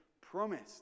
promised